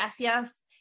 gracias